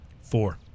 four